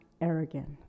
arrogant